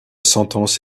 sentence